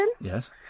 yes